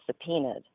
subpoenaed